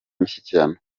imishyikirano